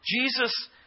Jesus